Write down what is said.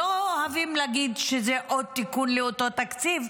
הם לא אוהבים להגיד שזה עוד תיקון לאותו תקציב,